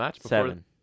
Seven